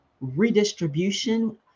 redistribution